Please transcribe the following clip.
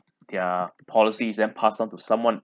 their policies then pass on to someone